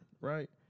right